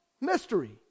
mystery